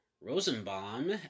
Rosenbaum